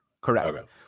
correct